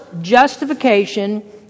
justification